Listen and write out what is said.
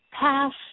past